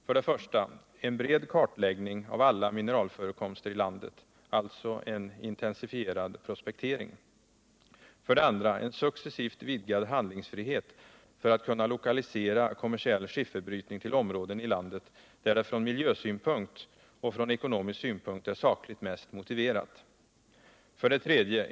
För det första en bred kartläggning av alla mineralförekomster i landet, alltså en intensifierad prospektering. 2. För det andra en successivt vidgad handlingsfrihet för att kunna lokalisera kommersiell skifferbrytning till områden i landet, där det från miljösynpunkt och från ekonomisk synpunkt är sakligt mest motiverat. 3.